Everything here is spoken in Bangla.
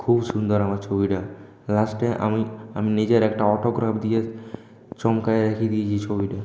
খুব সুন্দর আমার ছবিটা লাস্টে আমি আমি নিজের একটা অটোগ্রাফ দিয়ে চমকিয়ে রেখে দিয়েছি ছবিটা